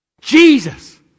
Jesus